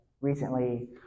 recently